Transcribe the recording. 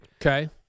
Okay